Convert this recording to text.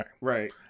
Right